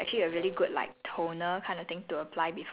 and not only that right salt is anti bacterial